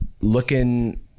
looking